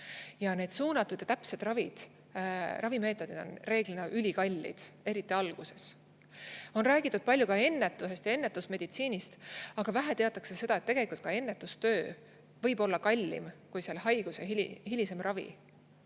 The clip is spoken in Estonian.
Ja need suunatud ja täpsed ravid, ravimeetodid on reeglina ülikallid, eriti alguses. On räägitud palju ennetusest ja ennetusmeditsiinist, aga vähe teatakse seda, et tegelikult ka ennetustöö võib olla kallim kui selle haiguse hilisem ravi.